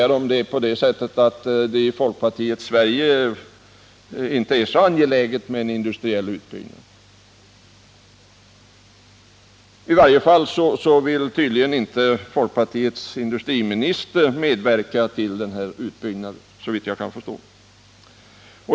Är det i folkpartiets Sverige inte så angeläget med en industriell utbyggnad? I varje fall vill tydligen inte folkpartiets industriminister medverka till den här utbyggnaden, såvitt jag kan förstå.